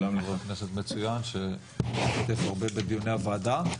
שלום לחה"כ המצוין שמשתתף הרבה בדיוני הוועדה.